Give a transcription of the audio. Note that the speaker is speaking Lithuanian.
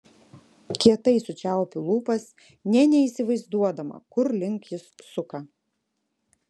kietai sučiaupiu lūpas nė neįsivaizduodama kur link jis suka